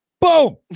Boom